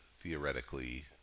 theoretically